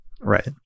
Right